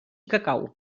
cacau